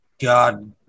God